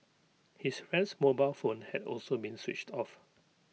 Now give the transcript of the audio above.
his friend's mobile phone had also been switched off